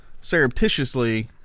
surreptitiously